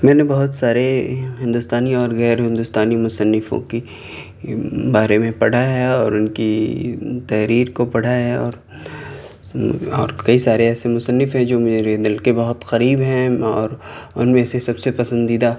میں نے بہت سارے ہندوستانی اور غیرہندوستانی مصنفوں کے بارے میں پڑھا ہے اور ان کی تحریر کو پڑھا ہے اور اور کئی سارے ایسے مصنف ہیں جو میرے دل کے بہت قریب ہیں اور ان میں سے سب سے پسندیدہ